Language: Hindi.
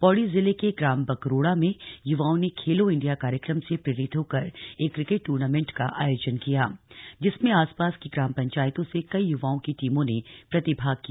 पौड़ी जिले के ग्राम बकरोड़ा में युवाओं ने खेलो इंडिया कार्यक्रम से प्रेरित होकर एक किक्रेट टूर्नामेंट का आयोजन किया जिसमें आसपास ग्राम पंचायतों से कई युवाओं की टीमों ने प्रतिभाग किया